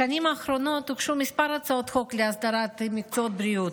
בשנים האחרונות הוגשו כמה הצעות חוק להסדרת מקצועות בריאות.